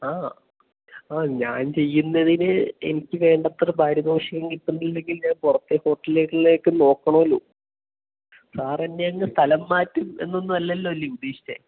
ആ ആ ഞാൻ ചെയ്യുന്നതിന് എനിക്ക് വേണ്ടത്ര പാരിതോഷികം കിട്ടുന്നില്ലെങ്കിൽ ഞാൻ പുറത്തെ ഹോട്ടല്കൾലേക്ക് നോക്കണോല്ലോ സാറെന്നെയങ്ങ് സ്ഥലം മാറ്റും എന്നൊന്നുമല്ലല്ലോ അല്ലേ ഉദ്ദേശിച്ചത്